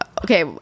Okay